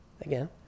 again